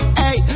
hey